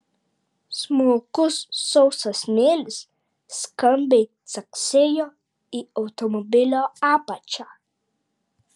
smulkus sausas smėlis skambiai caksėjo į automobilio apačią